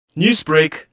Newsbreak